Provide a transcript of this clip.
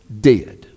dead